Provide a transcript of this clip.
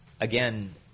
again